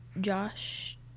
Josh